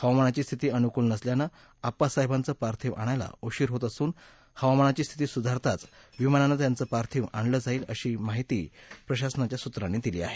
हवामानाची स्थिती अनुकूल नसल्यानं आप्पासाहेबांचं पार्थिव आणायला उशीर होत असून हवामानाची स्थिती सुधारताच विमानानं त्यांचं पार्थिव आणलं जाईल अशी माहिती प्रशासनाच्या सूत्रांनी दिली आहे